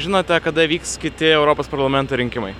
žinote kada vyks kiti europos parlamento rinkimai